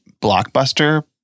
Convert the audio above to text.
Blockbuster